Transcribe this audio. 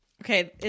Okay